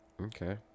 Okay